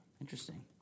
Interesting